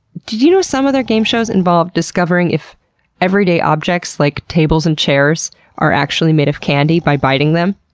did you know some of they're game shows involve discovering if everyday objects like tables and chairs are actually made of candy by biting them?